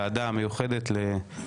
הישיבה ננעלה בשעה 10:51.